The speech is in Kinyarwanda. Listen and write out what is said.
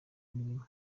mirimo